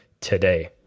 today